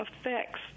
effects